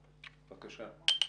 בבקשה.